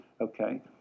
Okay